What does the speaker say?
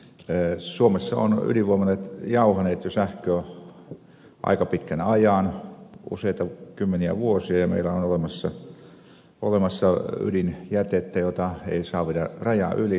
nimittäin suomessa ovat ydinvoimat jauhaneet sähköä jo aika pitkän ajan useita kymmeniä vuosia ja meillä on olemassa ydinjätettä jota ei saa viedä rajan yli niin kuin tiedätte